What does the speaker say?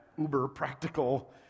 uber-practical